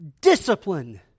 discipline